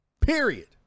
period